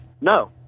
no